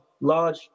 large